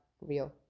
real